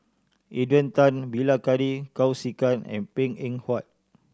Adrian Tan Bilahari Kausikan and Png Eng Huat